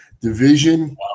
division